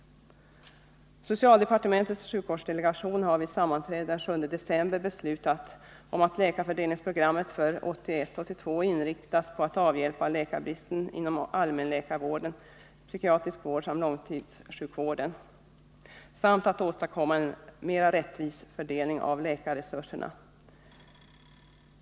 Socialdepartementets sjukvårdsdelegation har vid sammanträde den 7 december beslutat om att läkarfördelningsprogrammet för 1981-1982 skall inriktas på att avhjälpa läkarbristen inom allmänläkarvården, den psykiatriska vården och långtidssjukvården samt att åstadkomma en mer rättvis fördelning av läkarresurserna.